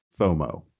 FOMO